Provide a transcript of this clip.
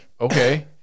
okay